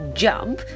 jump